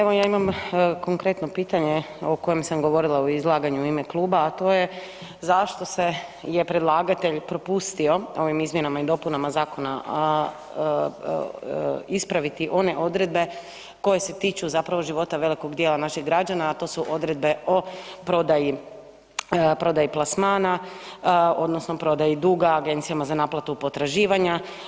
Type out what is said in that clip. Evo ja imam konkretno pitanje o kojem sam govorila u izlaganju u ime kluba, a to je zašto se, je predlagatelj propustio, ovim izmjenama i dopunama zakona, ispraviti one odredbe koje se tiču zapravo života velikog dijela naših građana, a to su odredbe o prodaji, prodaji plasmana odnosno prodaji duga Agencijama za naplatu potraživanja.